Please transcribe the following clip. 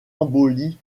embolie